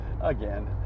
again